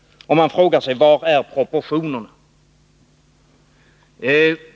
Man frågar sig: Var är proportionerna?